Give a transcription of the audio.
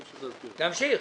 להמשיך.